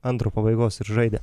antro pabaigos ir žaidė